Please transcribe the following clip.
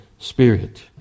Spirit